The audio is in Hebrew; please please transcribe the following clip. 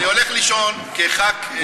אני הולך לישון כח"כ פשוט באופוזיציה,